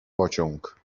pociąg